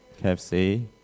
KFC